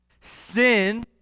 Sin